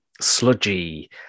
sludgy